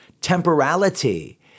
temporality